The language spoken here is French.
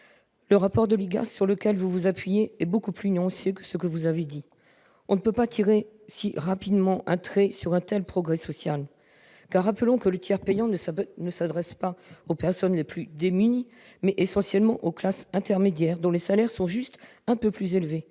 des affaires sociales, sur lequel vous vous appuyez, est beaucoup plus nuancé que ce que vous avez dit. On ne peut pas tirer si rapidement un trait sur un tel progrès social. Rappelons que le tiers payant s'adresse non pas aux personnes les plus démunies, mais essentiellement aux classes intermédiaires, dont les salaires sont un peu plus élevés.